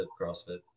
CrossFit